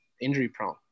injury-prone